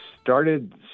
started